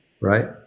right